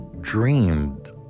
dreamed